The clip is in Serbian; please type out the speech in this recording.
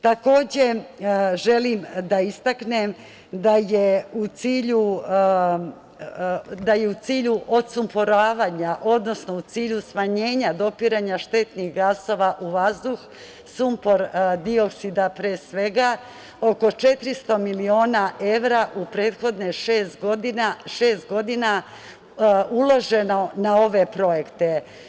Takođe, želim da istaknem da je u cilju odsupmporavanja, odnosno u cilju smanjenja dopiranja štetnih gasova u vazduh sumpor-dioksida pre svega, oko 400 miliona evra u prethodnih šest godina uloženo je na ove projekte.